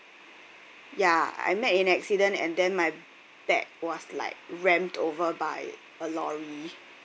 ya I met in accident and then my bag was like rammed over by a lorry